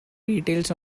details